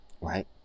right